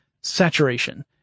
saturation